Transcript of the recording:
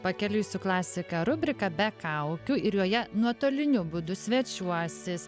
pakeliui su klasika rubrika be kaukių ir joje nuotoliniu būdu svečiuosis